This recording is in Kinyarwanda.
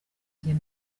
jye